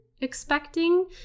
expecting